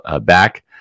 back